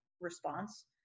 response